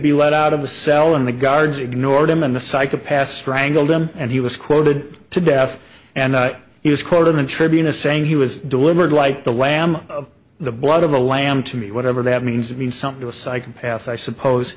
be let out of the cell and the guards ignored him and the psychopath strangled him and he was quoted to death and he was quoting the tribune a saying he was delivered like the lamb of the blood of a lamb to me whatever that means it means something to a psychopath i suppose